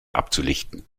abzulichten